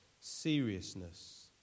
seriousness